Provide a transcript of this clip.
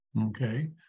Okay